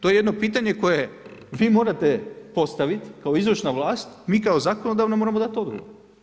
To je jedno pitanje koje vi morate postaviti kao izvršna vlast, mi kao zakonodavna moramo dati odgovor.